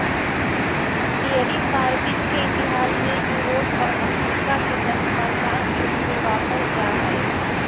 dairy farming के इतिहास जे यूरोप और अफ्रीका के नवपाषाण युग में वापस जा हइ